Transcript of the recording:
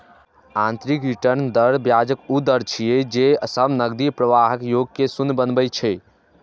आंतरिक रिटर्न दर ब्याजक ऊ दर छियै, जे सब नकदी प्रवाहक योग कें शून्य बनबै छै